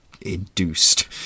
induced